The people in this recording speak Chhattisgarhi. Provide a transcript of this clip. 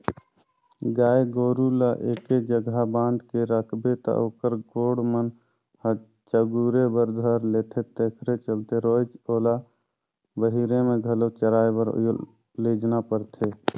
गाय गोरु ल एके जघा बांध के रखबे त ओखर गोड़ मन ह चगुरे बर धर लेथे तेखरे चलते रोयज ओला बहिरे में घलो चराए बर लेजना परथे